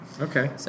Okay